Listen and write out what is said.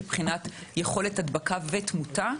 מבחינת יכולת הדבקה ותמותה,